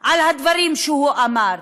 על הדברים שהוא אמר.